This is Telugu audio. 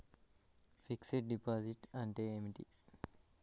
ఫిక్స్ డ్ డిపాజిట్ అంటే ఏమిటి?